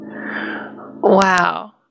wow